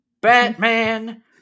Batman